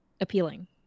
appealing